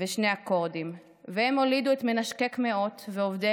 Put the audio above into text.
ושני אקורדים / והם הולידו את מנשקי קמעות ועובדי